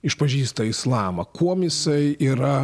išpažįsta islamą kuom jisai yra